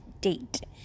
date